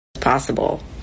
possible